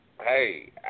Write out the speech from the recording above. Hey